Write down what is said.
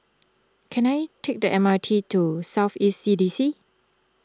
can I take the M R T to South East C D C